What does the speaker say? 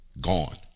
gone